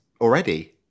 already